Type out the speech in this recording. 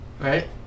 Right